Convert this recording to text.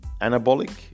anabolic